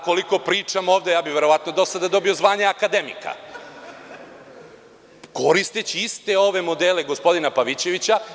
Koliko pričam ovde, verovatno bih do sada dobio zvanje akademika, koristeći iste ove modele gospodina Pavićevića.